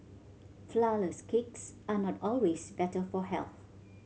flourless cakes are not always better for health